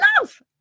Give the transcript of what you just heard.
love